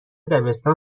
دبستان